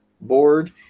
board